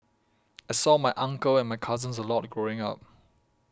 I saw my uncle and my cousins a lot growing up